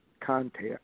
contact